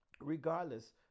Regardless